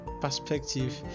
perspective